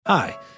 Hi